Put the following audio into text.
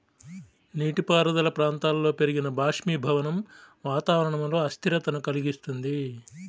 నీటిపారుదల ప్రాంతాలలో పెరిగిన బాష్పీభవనం వాతావరణంలో అస్థిరతను కలిగిస్తుంది